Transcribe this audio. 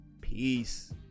peace